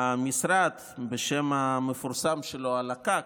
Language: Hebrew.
המשרד בשם המפורסם שלו הלק"ק,